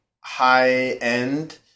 high-end